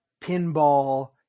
pinball